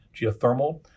geothermal